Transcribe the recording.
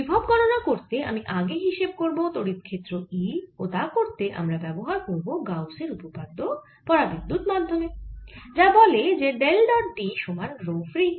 বিভব গণনা করতে আমি আগে হিসেব করব তড়িৎ ক্ষেত্র E ও তা করতে আমরা ব্যবহার করব গাউসের উপপাদ্য পরাবিদ্যুত মাধ্যমে যা বলে যে ডেল ডট D সমান রো ফ্রী